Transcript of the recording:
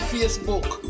Facebook